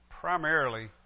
primarily